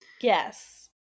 Yes